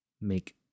make